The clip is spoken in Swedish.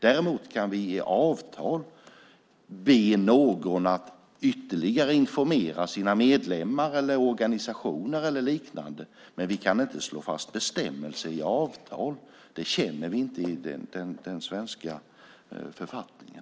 Däremot kan vi i avtal be någon att ytterligare informera sina medlemmar, organisationer eller liknande, men vi kan inte slå fast bestämmelser i avtal. Det känner vi inte i den svenska författningen.